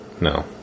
No